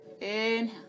inhale